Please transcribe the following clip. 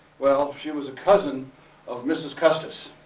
well she was a cousin of mrs. custis,